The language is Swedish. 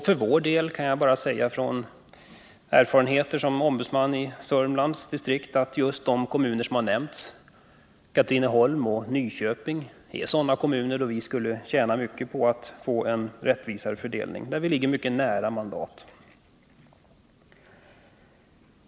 För vår del kan jag bara säga, med utgångspunkt i erfarenheter från arbete som ombudsman i Sörmlands distrikt, att just de kommuner som har nämnts — Katrineholm och Nyköping —är sådana där vi ligger mycket nära mandat och där vi skulle tjäna mycket på att få en rättvisare fördelning.